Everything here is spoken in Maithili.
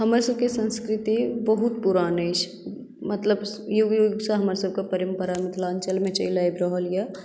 हमर सभके संस्कृति बहुत पुरान अछि मतलब युग युग सँ हमर सभके परम्परा मिथिलाञ्चलमे चलि आबि रहल यऽ